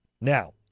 Now